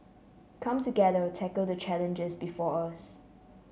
come together tackle the challenges before us